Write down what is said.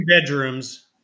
bedrooms